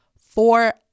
Four